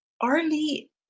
Arlie